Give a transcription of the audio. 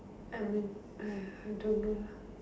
I mean uh I don't know lah